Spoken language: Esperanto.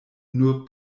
nur